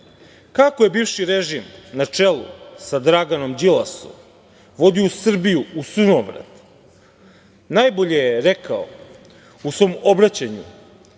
je bivši režim na čelu sa Draganom Đilasom vodio Srbiju u sunovrat najbolje je rekao u svom obraćanju